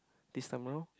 this time round